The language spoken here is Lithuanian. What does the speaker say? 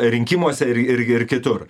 rinkimuose ir ir ir kitur